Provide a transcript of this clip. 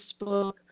Facebook